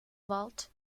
vault